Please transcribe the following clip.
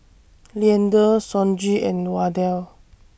Leander Sonji and Wardell